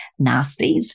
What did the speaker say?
nasties